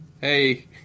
Hey